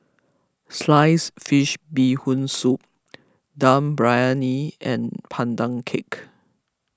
Sliced Fish Bee Hoon Soup Dum Briyani and Pandan Cake